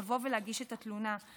לבוא ולהגיש את התלונה.